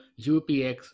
UPX